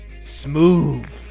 smooth